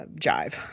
jive